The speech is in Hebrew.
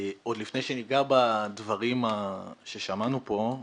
עוד לפני שניגע בדברים ששמענו פה,